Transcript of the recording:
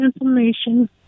information